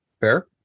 fair